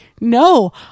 no